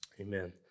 Amen